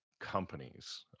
companies